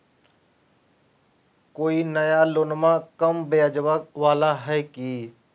कोइ नया लोनमा कम ब्याजवा वाला हय की?